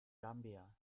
gambia